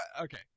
okay